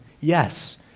yes